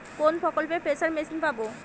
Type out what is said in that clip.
কোন প্রকল্পে spare machine পাব?